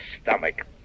stomach